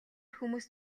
хүмүүс